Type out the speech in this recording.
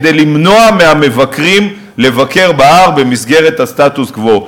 כדי למנוע מהמבקרים לבקר בהר במסגרת הסטטוס-קוו.